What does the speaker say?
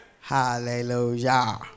Hallelujah